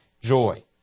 joy